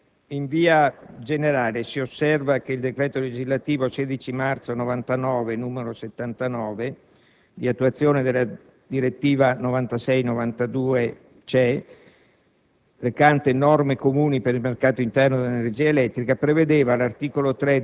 Signor Presidente, in via generale, si osserva che il decreto legislativo 16 marzo 1999, n. 79, di attuazione della direttiva 96/92/CE,